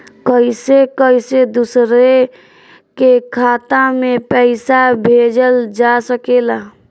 कईसे कईसे दूसरे के खाता में पईसा भेजल जा सकेला?